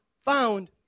found